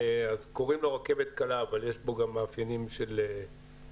אז קוראים לו "רכבת קלה" אבל יש בו גם מאפיינים של מטרו.